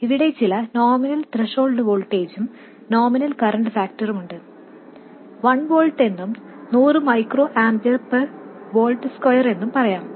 ഇവിടെ ചില nominal threshold വോൾട്ടേജും നോമിനൽ കറൻറ് ഫാക്ടറുമുണ്ട് വൺ വോൾട്ട് എന്നും 100 micro ampere per volt square എന്നും പറയാം